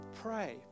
pray